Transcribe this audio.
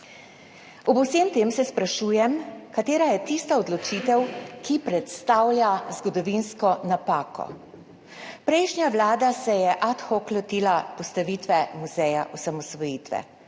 Ob vsem tem se sprašujem, katera je tista odločitev, ki predstavlja zgodovinsko napako. Prejšnja vlada se je ad hoc lotila postavitve muzeja osamosvojitve